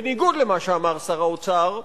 בניגוד למה שאמר שר האוצר,